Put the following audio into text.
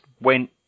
went